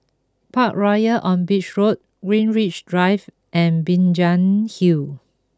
Parkroyal on Beach Road Greenwich Drive and Binjai Hill